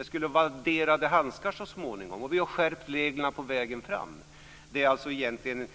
Det skulle vara vadderade handskar så småningom. Vi har skärpt reglerna på vägen fram. Det är alltså egentligen